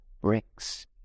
bricks